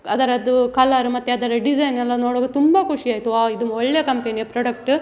ಅದರದ್ದು ಕಲರ್ ಮತ್ತೆ ಅದರ ಡಿಸೈನೆಲ್ಲ ನೋಡುವಾಗ ತುಂಬ ಖುಷಿ ಆಯಿತು ವಾವ್ ಇದು ಒಳ್ಳೆಯ ಕಂಪೆನಿಯ ಪ್ರೊಡಕ್ಟ್